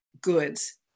goods